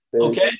Okay